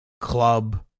Club